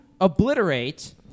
obliterate